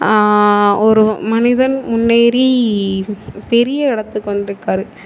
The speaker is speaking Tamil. ஒரு மனிதன் முன்னேறி பெரிய இடத்துக்கு வந்துருக்கார்